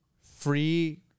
free